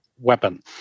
weapon